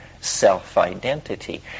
self-identity